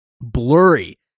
blurry